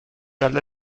alla